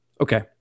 Okay